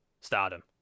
stardom